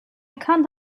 can’t